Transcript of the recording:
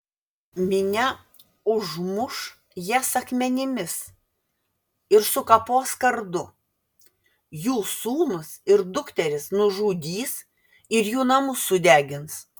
minia užmuš jas akmenimis ir sukapos kardu jų sūnus ir dukteris nužudys ir jų namus sudegins